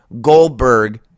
Goldberg